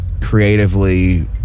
creatively